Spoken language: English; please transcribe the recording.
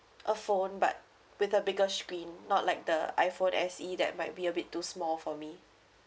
a phone but with a bigger screen not like the iphone S E that might be a bit too small for me